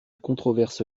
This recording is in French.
controverse